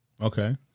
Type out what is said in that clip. Okay